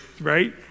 right